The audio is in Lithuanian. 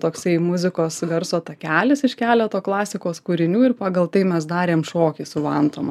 toksai muzikos garso takelis iš keleto klasikos kūrinių ir pagal tai mes darėm šokį su vantom